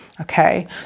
okay